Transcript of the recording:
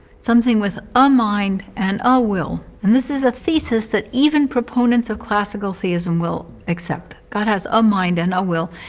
something with a mind and a will. and this is a thesis that even proponents of classical theism will accept. god has a mind and a will.